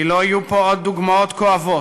כי לא יהיו פה עוד דוגמאות כואבות